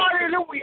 Hallelujah